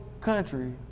country